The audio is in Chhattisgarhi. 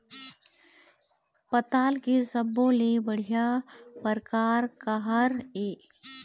पताल के सब्बो ले बढ़िया परकार काहर ए?